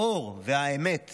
האור והאמת